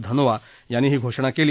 धनोआ यांनी ही घोषणा केली